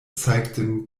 zeigten